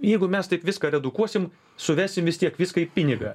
jeigu mes taip viską redukuosim suvesim vis tiek viską į pinigą